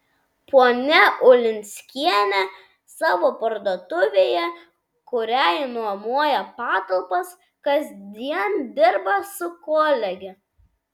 ponia ulinskienė savo parduotuvėje kuriai nuomoja patalpas kasdien dirba su kolege